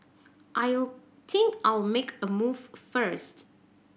I'll think I'll make a move first